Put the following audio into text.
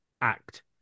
act